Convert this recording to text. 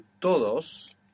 todos